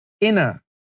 inner